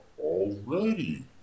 already